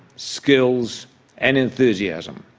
skills and enthusiasm.